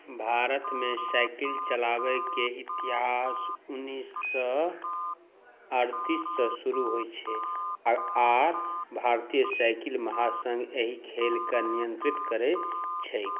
भारतमे साइकिल चलाबैके इतिहास उनैस सओ अड़तिससँ शुरू होइ छै आओर भारतीय साइकिल महासंघ एहि खेलकेँ नियन्त्रित करै छै